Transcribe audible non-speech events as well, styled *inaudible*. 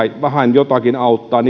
vähän jotakin auttaa *unintelligible*